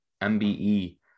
MBE